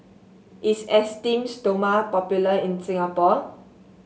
is Esteem Stoma popular in Singapore